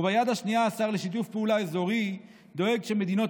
וביד השנייה השר לשיתוף פעולה אזורי דואג שמדינות